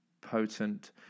potent